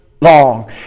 long